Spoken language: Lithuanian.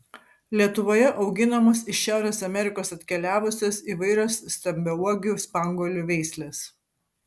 lietuvoje auginamos iš šiaurės amerikos atkeliavusios įvairios stambiauogių spanguolių veislės